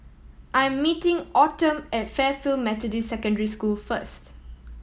I am meeting Autumn at Fairfield Methodist Secondary School first